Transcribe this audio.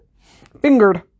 fingered